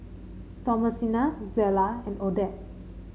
Thomasina Zella and Odette